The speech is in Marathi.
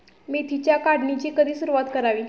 मेथीच्या काढणीची कधी सुरूवात करावी?